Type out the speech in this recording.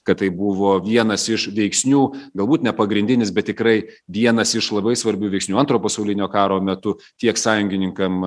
kad tai buvo vienas iš veiksnių galbūt ne pagrindinis bet tikrai vienas iš labai svarbių veiksnių antro pasaulinio karo metu tiek sąjungininkam